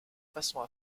façon